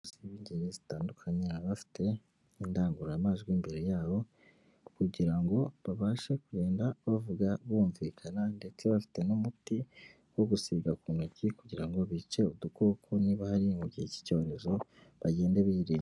Abakozi b'ingeri zitandukanye babafite indangururamajwi imbere yabo kugira ngo babashe kugenda bavuga bumvikana ndetse bafite n'umuti wo gusiga ku ntoki kugira ngo bice udukoko niba hari mu gihe cy'icyorezo bagende birinda.